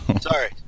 Sorry